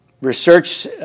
research